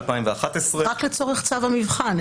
2011. רק לצורך צו המבחן,